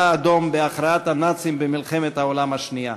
האדום בהכרעת הנאצים במלחמת העולם השנייה.